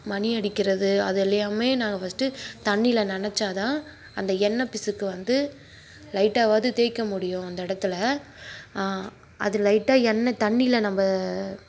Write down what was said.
மணி அடிக்கிறது அது எல்லாமே நாங்கள் ஃபர்ஸ்டு தண்ணியில் நினைச்சா தான் அந்த எண்ணெய் பிசுக்கு வந்து லைட்டாவாவது தேய்க்க முடியும் அந்த இடத்துல அது லைட்டாக எண்ணெய் தண்ணியில் நம்ம